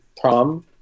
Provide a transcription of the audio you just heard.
prom